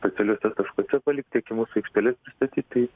specialiuose taškuose palikt tiek į mūsų aiškteles pristatyt tai